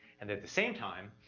and at the same time,